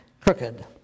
Crooked